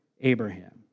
Abraham